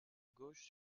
gauche